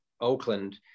Oakland